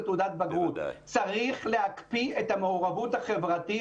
צריך להקפיא את המעורבות החברתית.